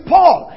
Paul